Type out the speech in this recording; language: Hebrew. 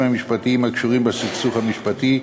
המשפטיים הקשורים בסכסוך המשפחתי,